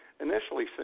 initially